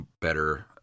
better